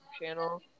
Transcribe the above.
channel